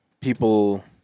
people